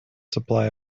supply